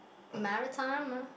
Maritimer